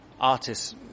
artists